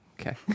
Okay